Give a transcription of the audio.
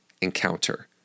encounter